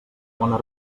bona